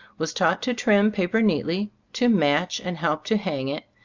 was taught to trim paper neatly, to match and help to hang it,